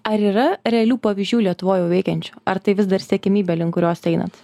ar yra realių pavyzdžių lietuvoj jau veikiančių ar tai vis dar siekiamybė link kurios einat